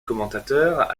commentateurs